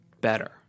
better